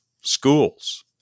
schools